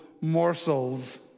morsels